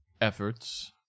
efforts